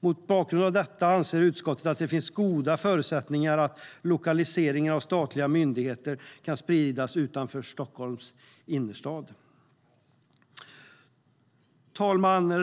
Mot bakgrund av detta anser utskottet att det finns goda förutsättningar för att lokaliseringen av statliga myndigheter kan spridas utanför Stockholms innerstad. Herr talman!